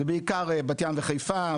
בעיקר בת ים וחיפה.